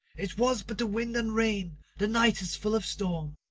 it was but the wind and rain the night is full of storm.